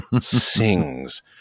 sings